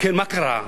אם כן, מה קרה?